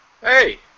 hey